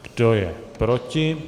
Kdo je proti?